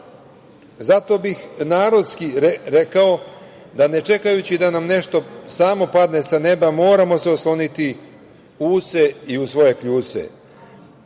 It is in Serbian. moći. Zato bih narodski rekao, da ne čekajući da nam nešto samo padne sa neba, moramo se osloniti u se i u svoje kljuse.